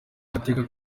agateka